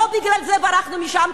לא בגלל זה ברחנו משם,